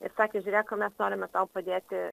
ir sakė žiūrėk ko mes norime tau padėti